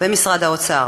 במשרד האוצר.